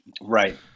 Right